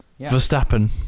Verstappen